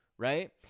Right